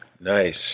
Nice